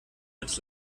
mit